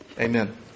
amen